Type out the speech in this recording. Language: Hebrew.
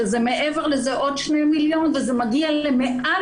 שזה מעבר לזה עוד שני מיליון וזה מגיע למעל